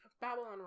Babylon